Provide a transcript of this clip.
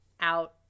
out